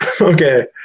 Okay